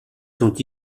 sont